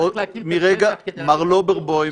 צריך להקים --- מר לוברבום,